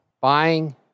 Buying